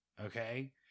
Okay